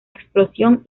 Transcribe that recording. explosión